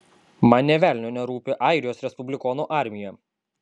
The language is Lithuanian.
man nė velnio nerūpi airijos respublikonų armija